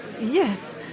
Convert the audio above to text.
Yes